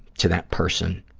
to that person.